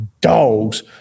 dogs